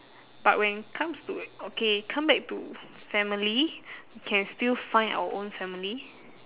but when it comes to okay come back to family can still find our own family